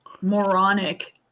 moronic